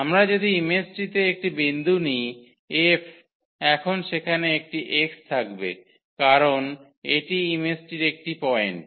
আমরা যদি ইমেজটিতে একটি বিন্দু নিই 𝐹 এখন সেখানে একটি X থাকবে কারণ কারণ এটি ইমেজটির একটি পয়েন্ট